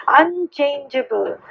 unchangeable